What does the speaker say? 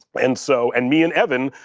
and so and me and evan,